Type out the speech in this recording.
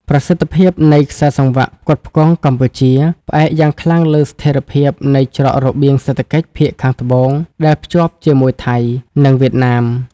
ប្រសិទ្ធភាពនៃខ្សែសង្វាក់ផ្គត់ផ្គង់កម្ពុជា ផ្អែកយ៉ាងខ្លាំងលើស្ថិរភាពនៃច្រករបៀងសេដ្ឋកិច្ចភាគខាងត្បូងដែលតភ្ជាប់ជាមួយថៃ និងវៀតណាម។